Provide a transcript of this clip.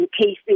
cases